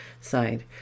side